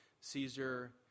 Caesar